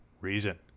reason